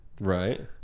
right